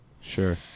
Sure